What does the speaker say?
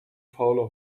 fauler